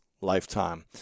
lifetime